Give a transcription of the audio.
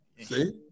See